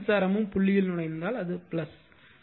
இரு மின்சாரமும் புள்ளியில் நுழைந்தால் அது இருக்கும்